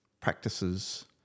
practices